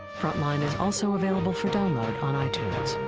frontline is also available for download on itunes.